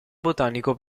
botanico